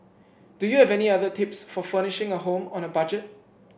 do you have any other tips for furnishing a home on a budget